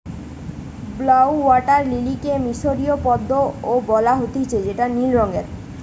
blue water লিলিকে মিশরীয় পদ্ম ও বলা হতিছে যেটা নীল রঙের